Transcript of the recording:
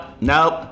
nope